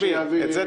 אנחנו